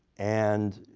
and